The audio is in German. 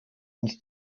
uns